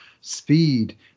speed